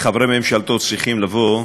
חברי ממשלתו צריכים לבוא,